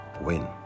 win